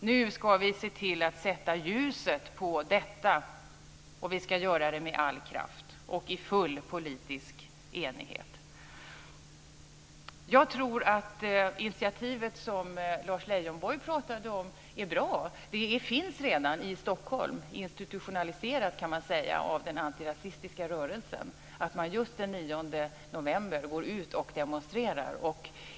Nu ska vi se till att sätta ljuset på detta, och vi ska göra det med all kraft och i full politisk enighet. Jag tror att initiativet som Lars Leijonborg pratade om är bra. Det är redan institutionaliserat i Stockholm, kan man säga, av den antirasistiska rörelsen. Just den 9 november går man ut och demonstrerar.